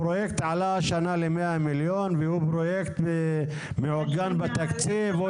הפרויקט עלה השנה ל-100 מיליון והוא פרויקט מעוגן בתקציב.